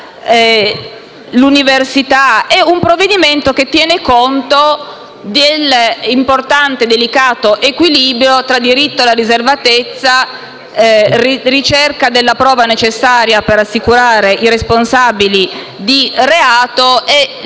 l'università, tiene conto dell'importante e delicato equilibrio tra diritto alla riservatezza, ricerca della prova necessaria per assicurare i responsabili di reato e libertà